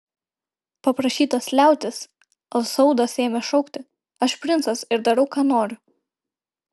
paprašytas liautis al saudas ėmė šaukti aš princas ir darau ką noriu